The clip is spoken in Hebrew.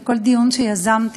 ובכל דיון שיזמתי,